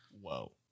Whoa